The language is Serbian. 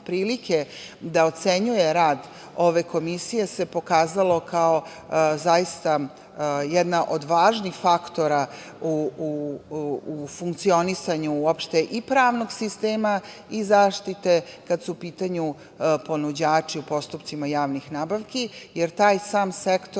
da ocenjuje rad ove komisije, pokazalo kao zaista jedan od važnih faktora u funkcionisanju uopšte i pravnog sistema i zaštite, kada su u pitanju ponuđači u postupcima javnih nabavki, jer taj sam sektor